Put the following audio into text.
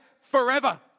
forever